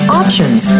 options